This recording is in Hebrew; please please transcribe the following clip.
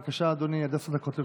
בבקשה, אדוני, עד עשר דקות לרשותך.